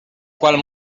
qual